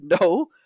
No